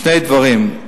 שני דברים.